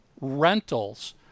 rentals